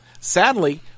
sadly